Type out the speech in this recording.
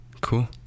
Cool